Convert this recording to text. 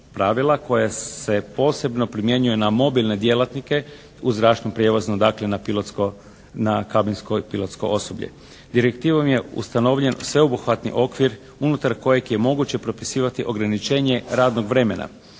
koja se posebno primjenjuju na mobilne djelatnike u zračnom prijevozu, dakle na pilotsko, na kabinsko i pilotsko osoblje. Direktivom ne ustanovljen sveobuhvatni okvir unutar kojeg je moguće propisivati ograničenje radnog vremena.